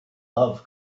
love